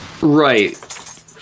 Right